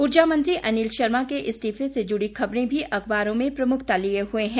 ऊर्जा मंत्री अनिल शर्मा के इस्तीफे से जुड़ी खबरें भी अखबारों में प्रमुखता लिए हुए हैं